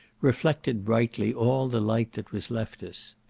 reflected brightly all the light that was left us.